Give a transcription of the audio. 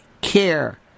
care